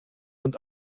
und